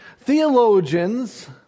theologians